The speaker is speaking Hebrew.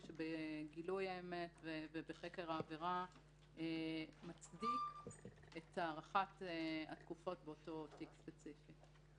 של גילוי האמת וחקר העבירה מצדיק את הארכת התקופות באותו תיק ספציפי.